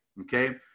okay